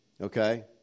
Okay